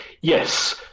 Yes